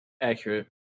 Accurate